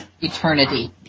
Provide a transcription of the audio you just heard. eternity